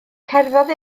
cerddodd